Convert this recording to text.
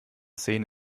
szene